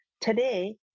today